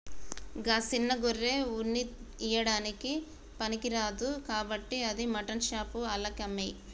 గా సిన్న గొర్రె ఉన్ని ఇయ్యడానికి పనికిరాదు కాబట్టి అది మాటన్ షాప్ ఆళ్లకి అమ్మేయి